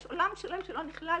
יש עולם שלם שלא נכלל